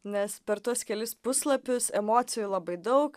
nes per tuos kelis puslapius emocijų labai daug